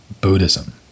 Buddhism